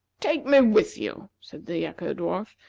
take me with you, said the echo-dwarf.